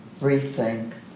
rethink